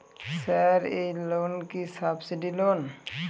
Sir এই loan কি subsidy loan?